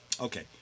okay